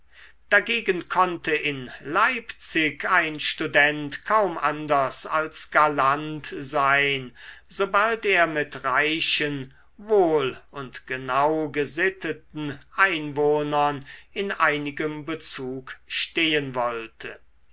dagegen konnte in leipzig ein student kaum anders als galant sein sobald er mit reichen wohl und genau gesitteten einwohnern in einigem bezug stehen wollte